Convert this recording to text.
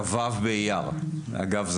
אגב,